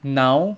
now